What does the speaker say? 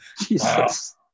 Jesus